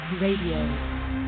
Radio